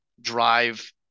drive